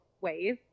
ways